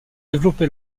développé